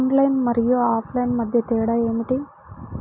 Online మరియు offline మధ్య తేడా ఏమిటీ?